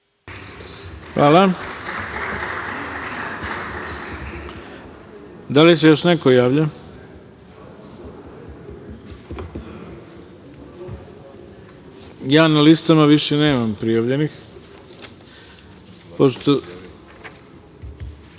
Hvala. Da li se još neko javlja za reč? Na listama više nemam prijavljenih. Pošto